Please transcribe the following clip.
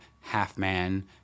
half-man